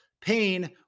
pain